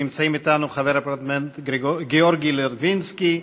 שנמצאים אתנו חבר הפרלמנט גאורגי לוגבינסקי,